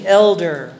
elder